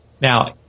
Now